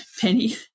Penny